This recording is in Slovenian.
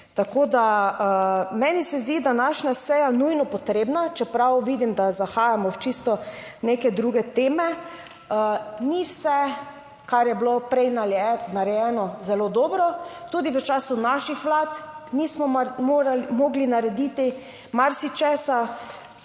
Tako da meni se zdi današnja seja nujno potrebna, čeprav vidim, da zahajamo v čisto neke druge teme. Ni vse, kar je bilo prej narejeno, zelo dobro, tudi v času naših vlad nismo mogli narediti marsičesa,